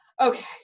Okay